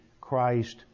Christ